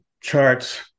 charts